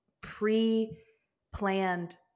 pre-planned